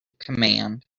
command